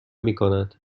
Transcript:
میکند